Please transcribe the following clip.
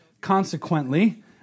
Consequently